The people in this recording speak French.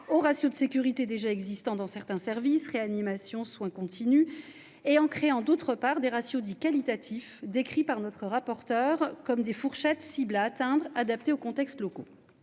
aux ratios de sécurité déjà existants dans certains services- réanimation, soins continus -, et en créant, d'autre part, des ratios dits « qualitatifs », décrits par notre rapporteure, Laurence Rossignol, comme des fourchettes cibles à atteindre en fonction des contextes locaux.